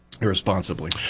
Irresponsibly